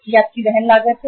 यह आपकी वहन लागत है